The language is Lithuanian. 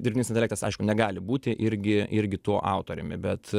dirbtinis intelektas aišku negali būti irgi irgi tuo autoriumi bet